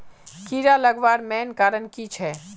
कीड़ा लगवार मेन कारण की छे?